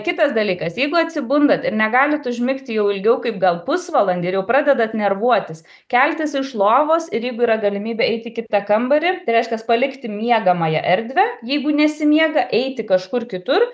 kitas dalykas jeigu atsibundat ir negalit užmigti jau ilgiau kaip gal pusvalandį ir jau pradedat nervuotis keltis iš lovos ir jeigu yra galimybė eit į kitą kambarį reiškias palikti miegamąją erdvę jeigu nesimiega eiti kažkur kitur